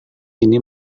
ini